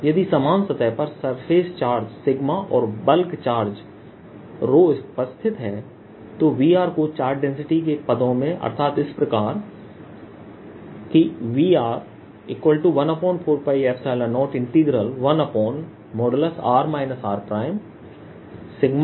यदि समान सतह पर सरफेस चार्ज सिगमा और बल्क चार्ज रो उपस्थित है तो Vrको चार्ज डेंसिटी के पदों में अर्थात इस प्रकार Vr14π01r rrds14π0ρr